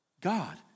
God